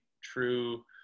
true